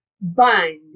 bind